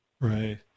Right